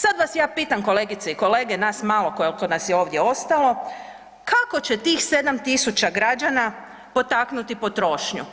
Sada vas ja pitam kolegice i kolege, nas malo koliko nas je ovdje ostalo, kako će tih 7.000 građana potaknuti potrošnju?